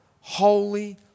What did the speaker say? holy